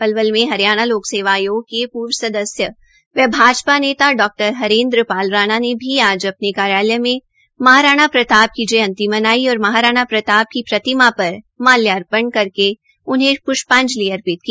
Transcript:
पलवल में हरियाणा लोक सेवा आयोग के पूर्व सदस्य व भाजपा नेता डा हरेन्द्र पाल राणा ने भी आज अपने कार्यालय में महाराणा प्रताप की जयंती मनाई और महाराणा प्रताप की प्रतिमा पर माल्यार्पण कर उन्हें प्ष्पाजंलि अर्पित की